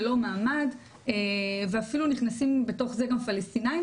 ללא מעמד ואפילו נכנסים בתוך זה גם פלשתינאים